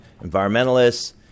environmentalists